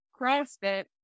CrossFit